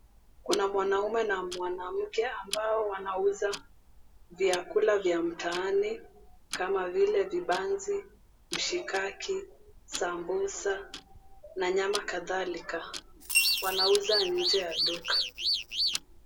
Kuna mwanaume na mwanamke ambao wanauza vyakula vya mtaani kama vile vibanzi, mshikaki, sambusa na nyama kadhalika. Wanauza nje ya duka.